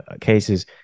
cases